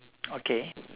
okay